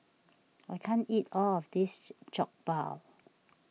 I can't eat all of this Jokbal